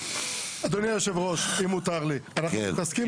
אדוני היושב-ראש, אם מותר לי, אנחנו מתעסקים